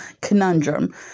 conundrum